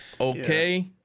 Okay